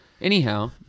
anyhow